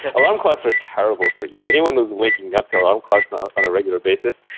alarm clocks are terrible for you. anyone who is waking up to alarm clocks on on a regular basis,